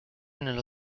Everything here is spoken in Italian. nello